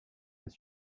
des